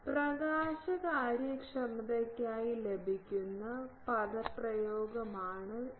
പ്രകാശ കാര്യക്ഷമതയ്ക്കായി ലഭിക്കുന്ന പദപ്രയോഗമാണിത്